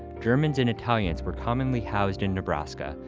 germans and italians were commonly housed in nebraska.